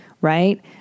right